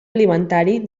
alimentari